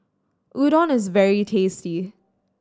udon is very tasty